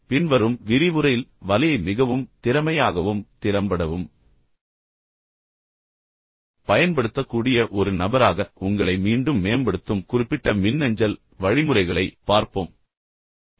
பின்வரும் விரிவுரையில் வலையை மிகவும் திறமையாகவும் திறம்படவும் பயன்படுத்தக்கூடிய ஒரு நபராக உங்களை மீண்டும் மேம்படுத்தும் குறிப்பிட்ட மின்னஞ்சல் வழிமுறைகளை பார்ப்போம்